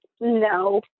no